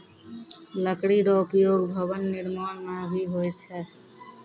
लकड़ी रो उपयोग भवन निर्माण म भी होय छै